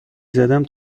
زدم